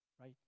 right